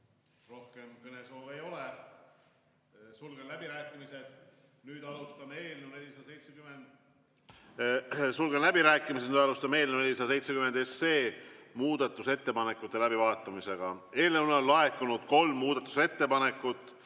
Rohkem kõnesoove ei ole. Sulgen läbirääkimised. Nüüd alustame eelnõu 470 muudatusettepanekute läbivaatamist. Eelnõu kohta on laekunud kolm muudatusettepanekut.